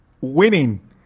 winning